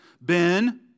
Ben